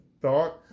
thought